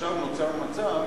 עכשיו נוצר מצב